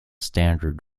standard